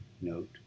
Note